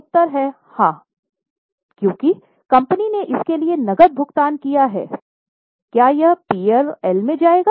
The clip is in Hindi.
उत्तर है हाँ क्योंकि कंपनी ने इसके लिए नकद भुगतान किया है क्या यह P और L में जाएगा